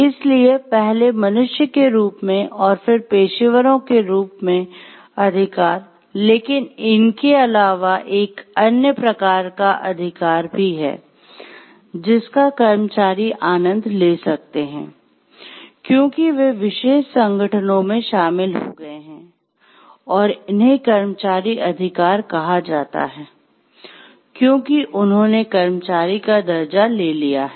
इसलिए पहले मनुष्य के रूप में और फिर पेशेवरों के रूप में अधिकार लेकिन इनके अलावा एक अन्य प्रकार का अधिकार भी है जिसका कर्मचारी आनंद ले सकते हैं क्योंकि वे विशेष संगठनों में शामिल हो गए हैं और इन्हें "कर्मचारी अधिकार" कहा जाता है क्योंकि उन्होंने कर्मचारी का दर्जा ले लिया है